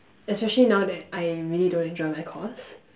especially now that I really don't enjoy my course